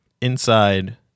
Inside